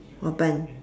open